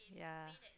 yea